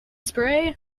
spray